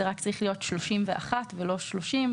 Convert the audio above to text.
זה צריך להיות 31 ולא 30,